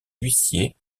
huissiers